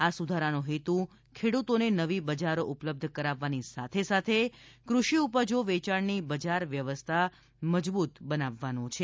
આ સુધારાનો હેતુ ખેડૂતોને નવી બજારો ઉપલબ્ધ કરાવવાની સાથે સાથે કૃષિ ઉપજો વેચાણની બજાર વ્યવસ્થા મજબૂત બનાવવાનો છે